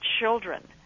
children